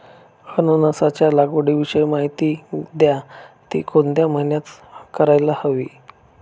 अननसाच्या लागवडीविषयी माहिती द्या, ति कोणत्या महिन्यात करायला हवी?